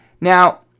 Now